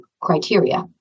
criteria